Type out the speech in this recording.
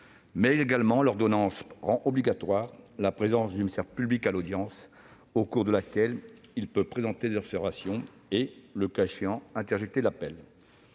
mais l'ordonnance rend également obligatoire la présence du ministère public à l'audience, au cours de laquelle il peut présenter des observations et, le cas échéant, interjeter l'appel.